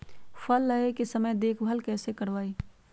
फल लगे के समय देखभाल कैसे करवाई?